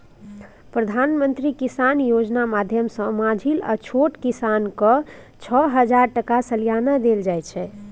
प्रधानमंत्री किसान योजना माध्यमसँ माँझिल आ छोट किसानकेँ छअ हजार टका सलियाना देल जाइ छै